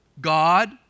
God